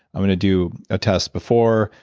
i'm gonna do a test before,